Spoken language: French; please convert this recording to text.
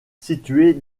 située